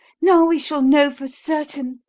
now we shall know for certain!